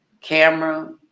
camera